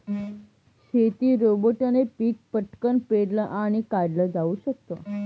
शेती रोबोटने पिक पटकन पेरलं आणि काढल जाऊ शकत